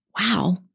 wow